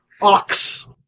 Ox